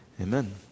amen